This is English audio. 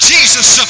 Jesus